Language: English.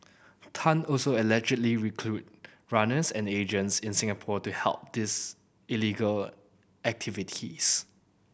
Tan also allegedly recruited runners and agents in Singapore to help these illegal activities